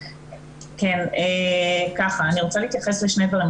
אני רוצה להתייחס לשני דברים.